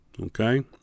Okay